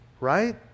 Right